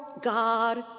God